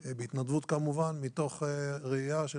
בהתנדבות, כמובן, מתוך ראייה של